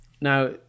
Now